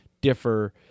differ